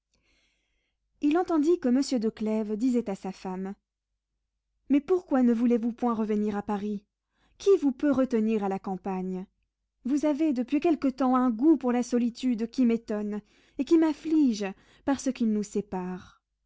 il entendit que monsieur de clèves disait à sa femme mais pourquoi ne voulez-vous point revenir à paris qui vous peut retenir à la campagne vous avez depuis quelque temps un goût pour la solitude qui m'étonne et qui m'afflige parce qu'il nous sépare